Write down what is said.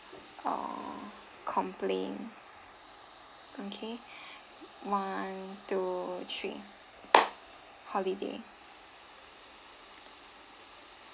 uh complaint okay one two three holiday